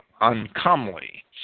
uncomely